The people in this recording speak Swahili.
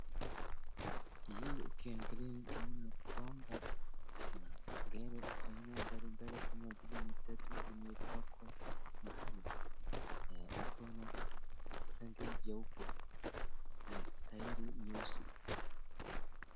Hii ukiangalia unaona kwamba, kuna gari aina mbalimbali kama vile matatu zimepakwa mahali, iko na rangi jeupe na tairi nyeusi.